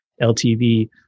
LTV